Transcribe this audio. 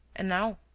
and now?